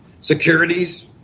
securities